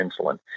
insulin